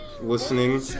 Listening